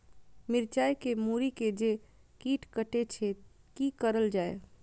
मिरचाय के मुरी के जे कीट कटे छे की करल जाय?